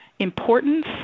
Importance